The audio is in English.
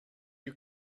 you